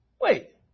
wait